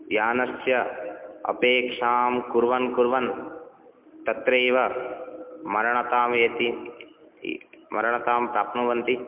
यानस्य अपेक्षां कुर्वन् कुर्वन् तत्रैव मरणतामेति मरणतां प्राप्नुवन्ति